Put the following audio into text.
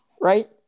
Right